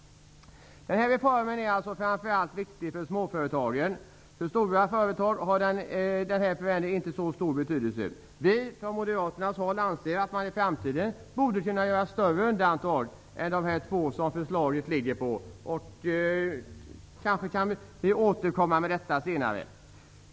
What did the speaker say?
Den här reformen är således framför allt viktig för småföretagen. För stora företag har förändringen inte så stor betydelse. Från moderaterna anser vi att man i framtiden borde kunna göra större undantag än för de två personer som nu föreslås. Vi kanske kan återkomma till detta senare.